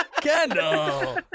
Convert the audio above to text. Kendall